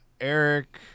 Eric